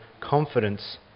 confidence